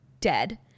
dead